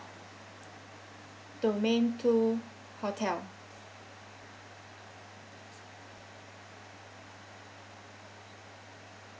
domain two hotel